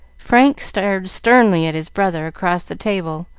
frank stared sternly at his brother across the table,